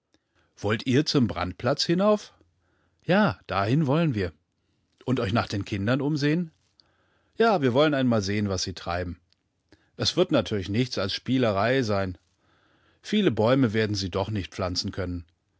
wollt ihr zum brandplatz hinauf ja dahin wollen wir und euch nach den kindern umsehen ja wir wollen einmal sehen was sie treiben es wird natürlich nichts als spielerei sein viele bäume werden sie doch nichtpflanzenkönnen